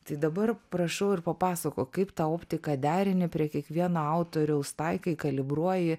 tai dabar prašau ir papasakok kaip tą optiką derini prie kiekvieno autoriaus taikai kalibruoji